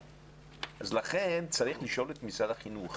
חיים.